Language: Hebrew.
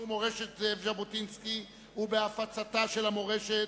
מורשת זאב ז'בוטינסקי ובהפצתה של המורשת,